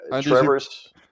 Trevor's